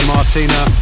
Martina